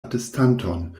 atestanton